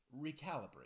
Recalibrate